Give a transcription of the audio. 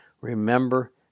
remember